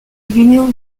vinyl